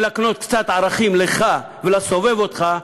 להקנות קצת ערכים לך ולַסובב אותך,